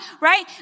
right